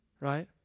Right